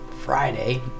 friday